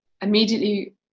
immediately